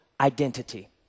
identity